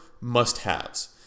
must-haves